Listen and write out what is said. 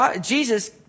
Jesus